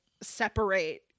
separate